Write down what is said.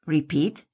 Repeat